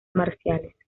marciales